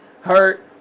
Hurt